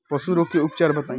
पशु रोग के उपचार बताई?